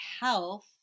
health